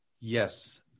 Yes